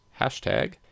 hashtag